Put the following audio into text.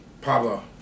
Pablo